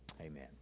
Amen